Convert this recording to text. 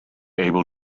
able